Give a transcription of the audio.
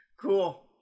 cool